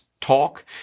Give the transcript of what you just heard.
talk